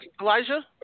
Elijah